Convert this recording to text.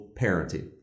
parenting